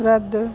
रद्द